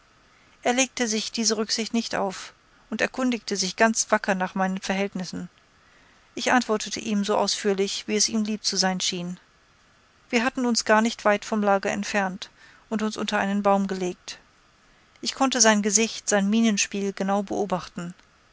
er legte sich diese rücksicht nicht auf und erkundigte sich ganz wacker nach meinen verhältnissen ich antwortete ihm so ausführlich wie es ihm lieb zu sein schien wir hatten uns gar nicht weit vom lager entfernt und uns unter einen baum gelegt ich konnte sein gesicht sein mienenspiel genau beobachten